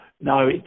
No